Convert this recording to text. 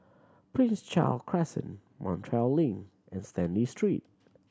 Prince Charles Crescent Montreal Link and Stanley Street